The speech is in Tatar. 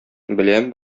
беләм